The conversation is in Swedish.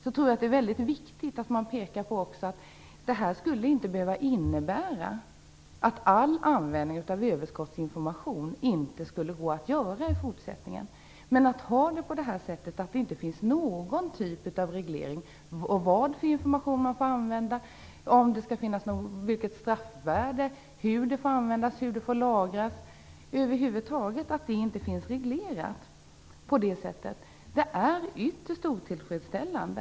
Då tror jag att det är viktigt att man också pekar på att det här inte skulle behöva innebära att all användning av överskottsinformation i fortsättningen skulle bli omöjlig. Men att det, som det nu är, inte finns någon typ av reglering av vilken typ av information man får använda, vilket straffvärde brottet i fråga skall ha, hur informationen får lagras och användas är ytterst otillfredsställande.